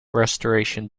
restoration